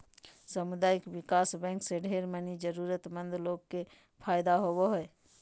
सामुदायिक विकास बैंक से ढेर मनी जरूरतमन्द लोग के फायदा होवो हय